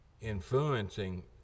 influencing